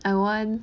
I want